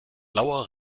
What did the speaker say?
blauer